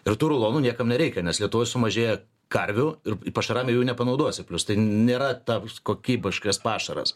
ir tų rulonų niekam nereikia nes lietuvoj sumažėjo karvių ir pašaram jau jų nepanaudosi plius tai nėra taps kokybiškas pašaras